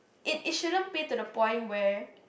it it shouldn't be to the point where